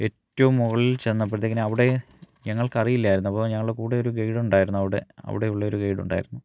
ഏറ്റവും മുകളിൽ ചെന്നപ്പോഴത്തേക്കും അവിടെ ഞങ്ങൾക്ക് അറിയില്ലായിരുന്നു അപ്പോൾ ഞങ്ങളുടെ കൂടെ ഒരു ഗൈഡ് ഉണ്ടായിരുന്നു അവിടെ അവിടെ ഉള്ള ഒരു ഗൈഡ് ഉണ്ടായിരുന്നു